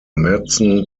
madsen